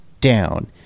down